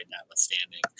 notwithstanding